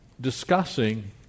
discussing